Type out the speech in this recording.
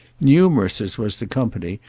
numerous as was the company,